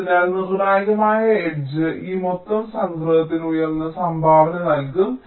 അതിനാൽ നിർണായകമായ എഡ്ജ് ഈ മൊത്തം സംഗ്രഹത്തിന് ഉയർന്ന സംഭാവന നൽകും